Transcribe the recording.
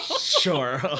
Sure